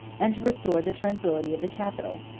and to restore the tranquility of the capital.